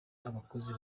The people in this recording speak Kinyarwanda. abakozi